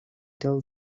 tell